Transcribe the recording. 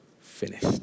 finished